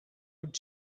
would